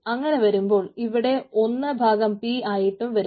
അങ്ങനെ വരുമ്പോൾ ഇവിടെ 1 p ആയിട്ടു വരും